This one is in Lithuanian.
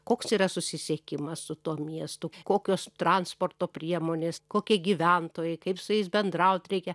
koks yra susisiekimas su tuo miestu kokios transporto priemonės kokie gyventojai kaip su jais bendraut reikia